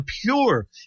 pure